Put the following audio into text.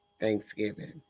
Thanksgiving